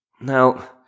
Now